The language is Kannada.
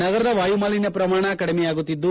ನಗರದ ವಾಯು ಮಾಲಿನ್ನ ಪ್ರಮಾಣ ಕಡಿಮೆಯಾಗುತ್ತಿದ್ದು